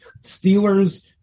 Steelers